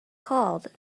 called